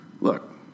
look